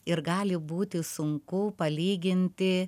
ir gali būti sunku palyginti